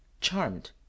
charmed